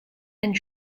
and